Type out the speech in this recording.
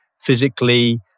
physically